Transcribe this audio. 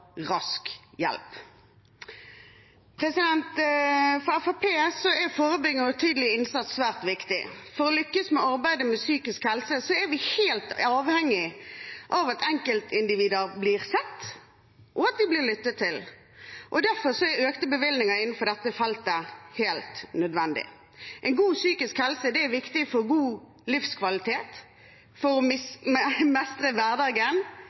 rask hjelp. For Fremskrittspartiet er forebyggende og tidig innsats svært viktig. For å lykkes med arbeidet med psykisk helse er vi helt avhengig av at enkeltindivider blir sett, og at de blir lyttet til. Derfor er økte bevilgninger innenfor dette feltet helt nødvendig. God psykisk helse er viktig for god livskvalitet, for å mestre hverdagen,